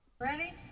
Ready